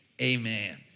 Amen